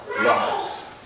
lives